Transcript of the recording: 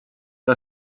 the